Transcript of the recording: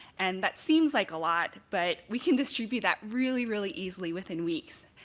and that seems like a lot, but we can distribute that really, really easily within weeks.